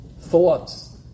thoughts